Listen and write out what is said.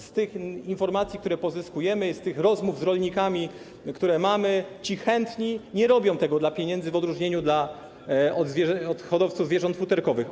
Z tych informacji, które pozyskujemy, i z tych rozmów z rolnikami wynika, że ci chętni nie robią tego dla pieniędzy, w odróżnieniu od hodowców zwierząt futerkowych.